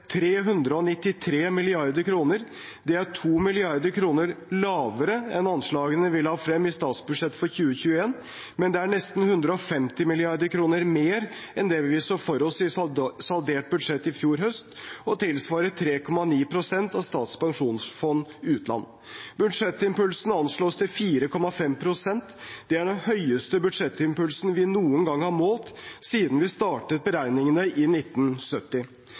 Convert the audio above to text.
393 mrd. kr. Det er 2 mrd. kr lavere enn anslagene vi la frem i statsbudsjettet for 2021. Men det er nesten 150 mrd. kr mer enn det vi så for oss i saldert budsjett i fjor høst, og tilsvarer 3,9 pst. av Statens pensjonsfond utland. Budsjettimpulsen anslås til 4,5 pst. Det er den høyeste budsjettimpulsen vi noen gang har målt siden vi startet beregningene i 1970.